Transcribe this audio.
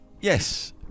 Yes